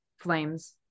Flames